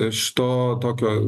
iš to tokio